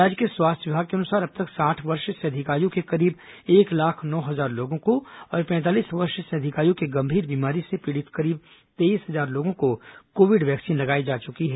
राज्य के स्वास्थ्य विभाग के अनुसार अब तक साठ वर्ष से अधिक आयु के करीब एक लाख नौ हजार लोगों को और पैंतालीस वर्ष से अधिक आय के गंभीर बीमारी से पीड़ित करीब तेईस हजार लोगों को कोविड वैक्सीन लगाई जा चुकी है